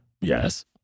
Yes